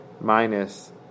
minus